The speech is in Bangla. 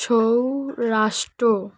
সৌরাষ্ট্র